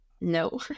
No